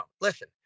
Listen